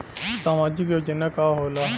सामाजिक योजना का होला?